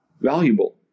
valuable